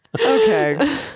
Okay